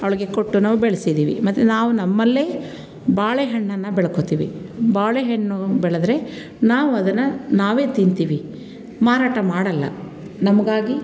ಅವಳಿಗೆ ಕೊಟ್ಟು ನಾವು ಬೆಳ್ಸಿದ್ದೀವಿ ಮತ್ತು ನಾವು ನಮ್ಮಲ್ಲೇ ಬೆಳ್ಕೊಳ್ತೀವಿ ಬಾಳೆಹಣ್ಣು ಬೆಳೆದರೆ ನಾವು ಅದನ್ನು ನಾವೇ ತಿಂತೀವಿ ಮಾರಾಟ ಮಾಡೋಲ್ಲ ನಮಗಾಗಿ